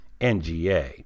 NGA